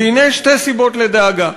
והנה שתי סיבות לדאגה: